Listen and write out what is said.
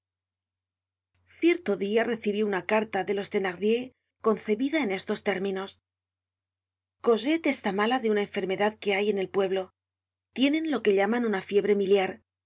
cierto dia recibió una carta de los thenardier concebida en estos términos cosette está mala de una enfermedad que hay en el pueblo tiene lo que llaman una fiebre miliar